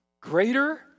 Greater